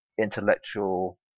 intellectual